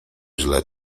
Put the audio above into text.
źle